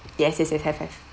yes is it have have